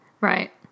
Right